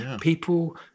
people